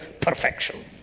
perfection